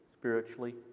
spiritually